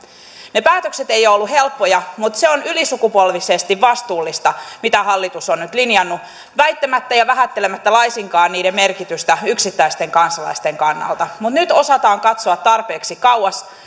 ne päätökset eivät ole olleet helppoja mutta se on ylisukupolvisesti vastuullista mitä hallitus on nyt linjannut vähättelemättä laisinkaan sen merkitystä yksittäisten kansalaisten kannalta nyt osataan katsoa tarpeeksi kauas